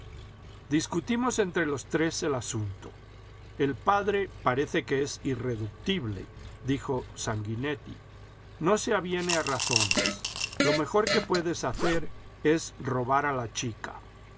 discutimos entre los tres el asunto el padre parece que es irreductible dijo sanguinetti no se aviene a razones lo mejor que puedes hacer es robar a la chica